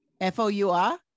F-O-U-R